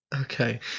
okay